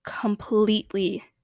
completely